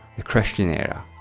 the christian era.